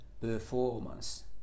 performance